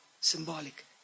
Symbolic